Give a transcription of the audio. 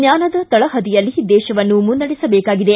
ಜ್ವಾನದ ತಳಪದಿಯಲ್ಲಿ ದೇಶವನ್ನು ಮುನ್ನಡೆಸಬೇಕಾಗಿದೆ